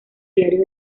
diario